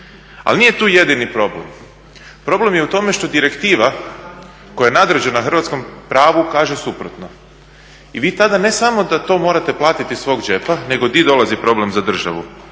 Ali nije tu jedini problem. Problem je u tome što direktiva koja je nadređena hrvatskom pravu kaže suprotno. I vi tada ne samo da to morate platiti iz svog džepa, nego di dolazi problem za državu?